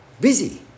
busy